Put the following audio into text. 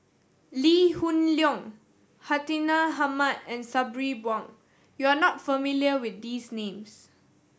Lee Hoon Leong Hartinah Ahmad and Sabri Buang you are not familiar with these names